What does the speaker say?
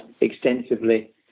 extensively